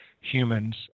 humans